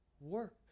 work